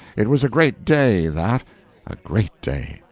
it was a great day, that a great day,